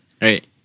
right